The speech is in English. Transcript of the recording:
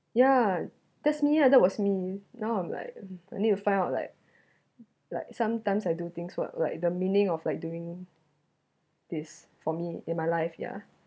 yeah that's me lah that was me now I'm like I need to find out like like sometimes I do things what like the meaning of like doing this for me in my life ya